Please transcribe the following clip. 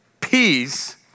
Peace